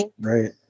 right